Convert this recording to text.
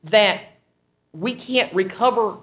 that we can't recover